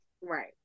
Right